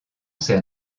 sert